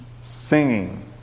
singing